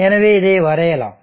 எனவே இதை வரையலாம்